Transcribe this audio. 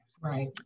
Right